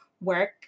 work